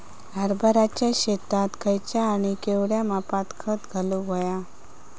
हरभराच्या शेतात खयचा आणि केवढया मापात खत घालुक व्हया?